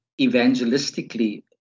evangelistically